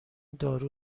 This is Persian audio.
دارو